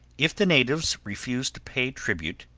if the natives refused to pay tribute,